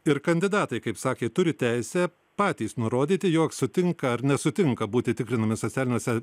ir kandidatai kaip sakėt turi teisę patys nurodyti jog sutinka ar nesutinka būti tikrinami socialiniuose